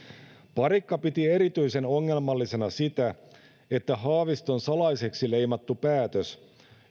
parikka piti erityisen ongelmallisena sitä että haaviston salaiseksi leimattu päätös